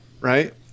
right